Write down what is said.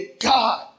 God